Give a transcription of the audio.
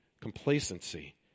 complacency